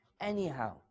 anyhow